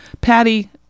Patty